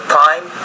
time